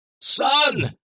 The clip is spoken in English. Son